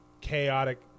chaotic